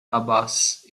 abbas